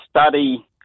study